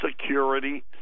Security